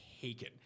taken